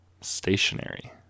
stationary